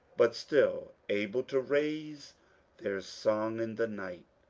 but still able to raise their song in the night.